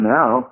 now